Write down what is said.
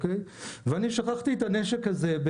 ואני איבדתי אותו,